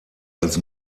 als